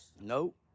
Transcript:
Nope